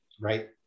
right